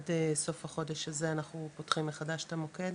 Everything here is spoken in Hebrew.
עד סוף החודש הזה אנחנו פותחים מחדש את המוקד